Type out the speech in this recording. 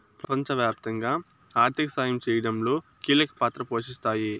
ప్రపంచవ్యాప్తంగా ఆర్థిక సాయం చేయడంలో కీలక పాత్ర పోషిస్తాయి